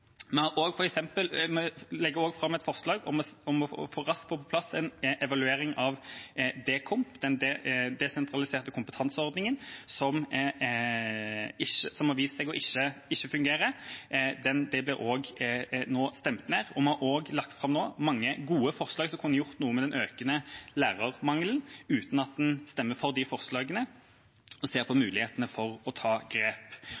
Vi legger også fram et forslag om raskt å få på plass en evaluering av de desentraliserte kompetanseordningene, Dekomp, som har vist seg ikke å fungere. Det kommer til å bli stemt ned nå. Vi har også lagt fram mange gode forslag som kunne gjort noe med den økende lærermangelen – uten at en vil stemme for de forslagene og ser på mulighetene for å ta grep.